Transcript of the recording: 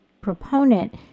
proponent